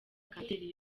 kanseri